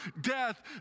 death